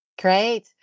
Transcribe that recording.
Great